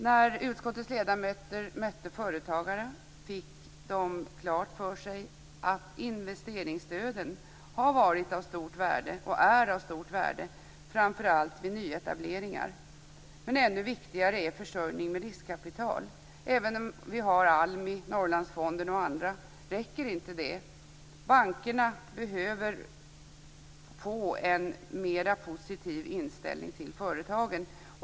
När utskottets ledamöter mötte företagare fick de klart för sig att investeringsstöden har varit och är av stort värde, framför allt vid nyetableringar. Men ännu viktigare är försörjning med riskkapital. Även om vi har ALMI, Norrlandsfonden och andra räcker inte det. Bankerna behöver få en mer positiv inställning till företagen.